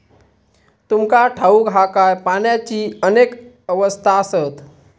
तुमका ठाऊक हा काय, पाण्याची अनेक अवस्था आसत?